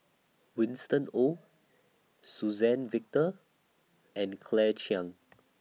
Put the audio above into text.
Winston Oh Suzann Victor and Claire Chiang